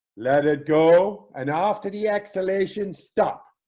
let it go and after the exhalation stop